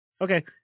Okay